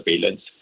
Surveillance